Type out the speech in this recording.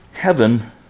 Heaven